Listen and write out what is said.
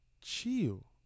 Chill